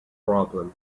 problem